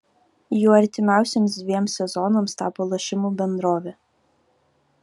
juo artimiausiems dviems sezonams tapo lošimų bendrovė